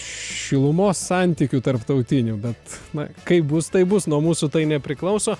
šilumos santykių tarptautinių bet na kaip bus taip bus nuo mūsų tai nepriklauso